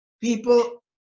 people